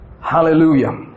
Hallelujah